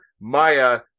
Maya